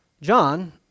John